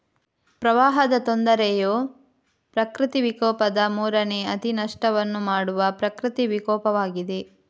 ಪ್ರವಾಹದ ತೊಂದರೆಯು ಪ್ರಕೃತಿ ವಿಕೋಪದ ಮೂರನೇ ಅತಿ ನಷ್ಟವನ್ನು ಮಾಡುವ ಪ್ರಕೃತಿ ವಿಕೋಪವಾಗಿದೆ